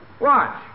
Watch